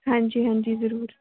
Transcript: ਹਾਂਜੀ ਹਾਂਜੀ ਜ਼ਰੂਰ